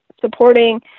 supporting